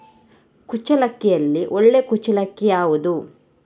ಕುಚ್ಚಲಕ್ಕಿಯಲ್ಲಿ ಒಳ್ಳೆ ಕುಚ್ಚಲಕ್ಕಿ ಯಾವುದು?